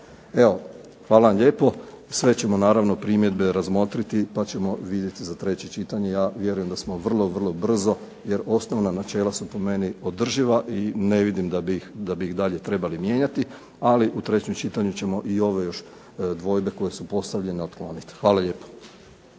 Evo, hvala vam lijepo. Sve ćemo naravno primjedbe razmotriti pa ćemo vidjeti za treće čitanje. Ja vjerujem da smo vrlo, vrlo brzo, jer osnovna načela su po meni održiva i ne vidim da bi ih dalje trebali mijenjati, ali u trećem čitanju ćemo i ove još dvojbe koje su postavljene otkloniti. Hvala lijepo.